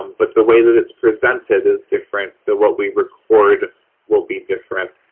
um but the way that it's presented is different, so what we record will be different.